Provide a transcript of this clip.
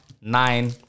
nine